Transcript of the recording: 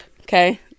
okay